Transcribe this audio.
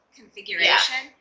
configuration